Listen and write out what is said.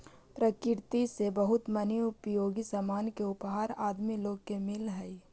प्रकृति से बहुत मनी उपयोगी सामान के उपहार आदमी लोग के मिलऽ हई